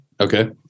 Okay